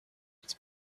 it’s